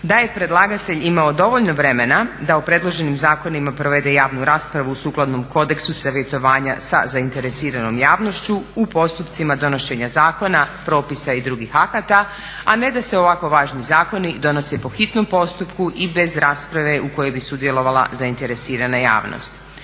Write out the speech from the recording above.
da je predlagatelj imao dovoljno vremena da o predloženim zakonima provede javnu raspravu sukladno kodeksu savjetovanja sa zainteresiranom javnošću u postupcima donošenja zakona, propisa i drugih akata, a ne da se ovako važni zakoni donose po hitnom postupku i bez rasprave u kojoj bi sudjelovala zainteresirana javnost.